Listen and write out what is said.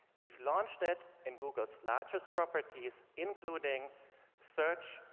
we've launched it in google's largest properties, including search,